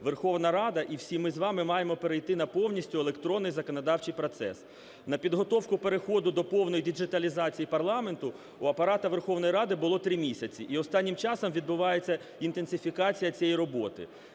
Верховна Рада і всі ми з вами маємо перейти на повністю електронний законодавчий процес. На підготовку переходу до повної діджиталізації парламенту у Апарата Верховної Ради було три місяці, і останнім часом відбувається інтенсифікація цієї роботи.